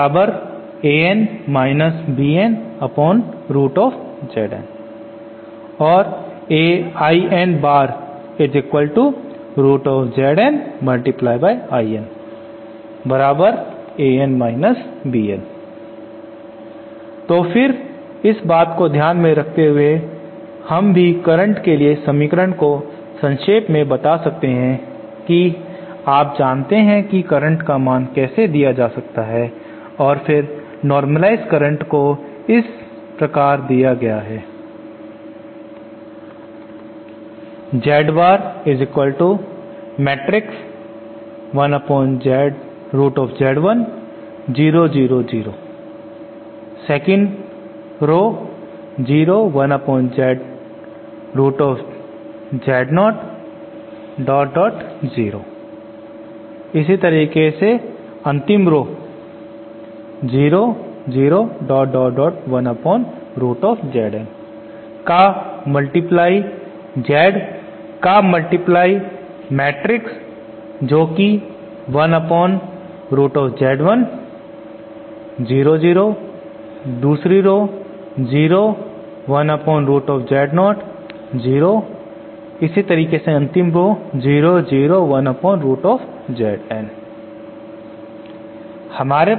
तो फिर इस बात को ध्यान में रखते हुए हम भी करंट के लिए समीकरण को संक्षेप में बता सकते हैं कि आप जानते हैं कि करंट का मान कैसे दिया जा सकता है और फिर नॉर्मलाईझड करंट को इस प्रकार दिया गया है